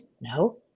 No